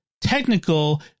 technical